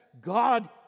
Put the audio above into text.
God